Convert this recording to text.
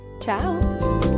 Ciao